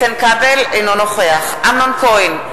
אינו נוכח אמנון כהן,